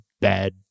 bad